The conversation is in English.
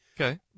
Okay